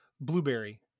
Blueberry